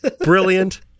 brilliant